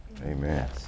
Amen